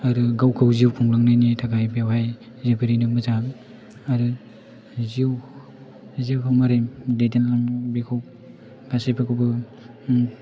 आरो गावखौ जिउ खुंलांनायनि थाखाय बेवहाय जोबोरैनो मोजां आरो जिउखौ माबोरै दैदेनलांनांगौ बेखौ गासैफोरखौबो